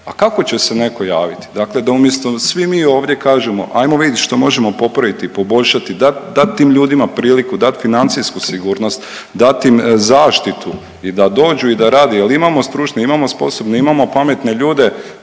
A kako će se netko javiti? Dakle da umjesto svi mi ovdje kažemo ajmo vidit što možemo popraviti i poboljšati, dat tim ljudima priliku, dat financijsku sigurnost, dat im zaštitu i da dođu i da rade jer imamo stručne, imamo sposobne, imao pametne ljude,